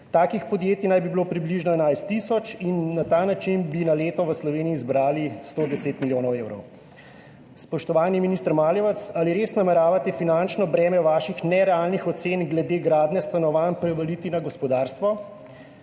Takih podjetij naj bi bilo približno 11 tisoč in na ta način bi na leto v Sloveniji zbrali 110 milijonov evrov. Spoštovani minister Maljevac, zanima me: Ali res nameravate finančno breme svojih nerealnih ocen glede gradnje stanovanj prevaliti na gospodarstvo?